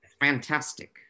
fantastic